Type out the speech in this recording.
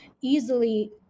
easily